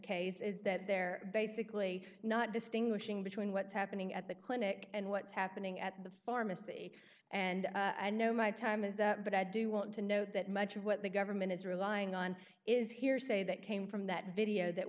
case is that they're basically not distinguishing between what's happening at the clinic and what's happening at the pharmacy and i know my time is that but i do want to know that much of what the government is relying on is hearsay that came from that video that